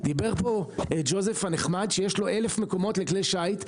דיבר פה ג'וזף הנחמד שיש לו 1000 מקומות לכלי שיט,